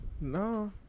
no